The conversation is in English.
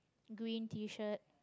green t-shirt